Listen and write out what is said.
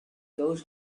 those